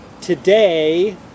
Today